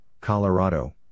Colorado